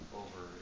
over